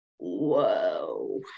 Whoa